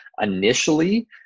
initially